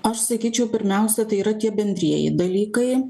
aš sakyčiau pirmiausia tai yra tie bendrieji dalykai